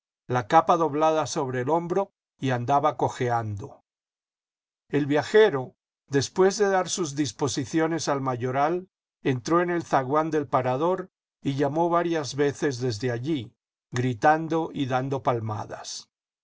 la capa doblada sobre el hombro y andaba cojeando el viajero después de dar sus disposiciones al mayoral entró en el zaguán del parador y llamó varias veces desde allí gritando y dando palmadas